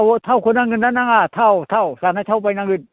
थावआ थावखौ नांगौ ना नाङा थाव थाव जानाय थाव बायनांगोन